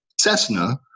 Cessna